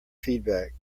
feedback